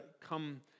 come